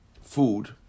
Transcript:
food